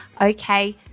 Okay